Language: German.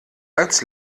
als